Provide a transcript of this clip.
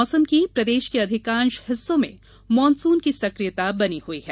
मौसम प्रदेश के अधिकांश हिस्सो में मानसून की सकियता बनी हुई है